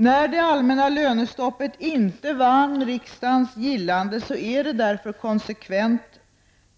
När det allmänna lönestoppet inte vann riksdagens gillande är det därför konsekvent